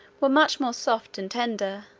were much more soft and tender,